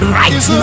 right